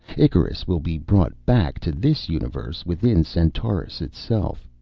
icarus will be brought back to this universe within centaurus itself.